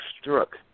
struck